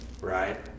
Right